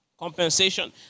Compensation